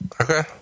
Okay